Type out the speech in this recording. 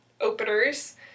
openers